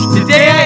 Today